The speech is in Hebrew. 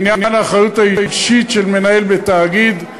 לעניין האחריות האישית של מנהל בתאגיד.